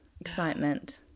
Excitement